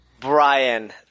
Brian